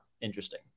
interesting